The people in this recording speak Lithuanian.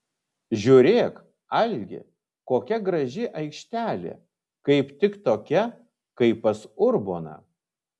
žiūrėk algi kokia graži aikštelė kaip tik tokia kaip pas urboną